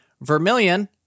Vermilion